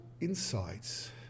insights